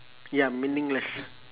ya meaningless